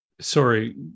Sorry